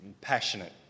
passionate